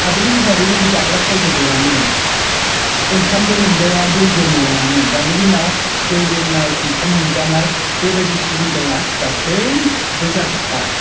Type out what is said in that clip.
आगोलनि दिनावबो बिदि जाग्रा खायद' गैयामोन ओंखामबो मोनजाया दैबो मोनलोङामोन दानि दिनाव दै लोंनाय ओंखाम मोनजानाय बेबादि सुबिदाया गासैबो जाजोब्बाय